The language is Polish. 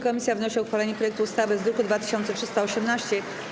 Komisja wnosi o uchwalenie projektu ustawy z druku nr 2318.